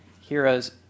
Heroes